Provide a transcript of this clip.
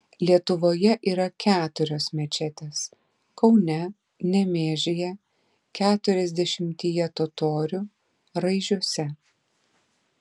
lietuvoje yra keturios mečetės kaune nemėžyje keturiasdešimtyje totorių raižiuose